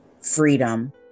Freedom